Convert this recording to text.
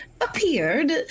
appeared